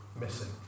missing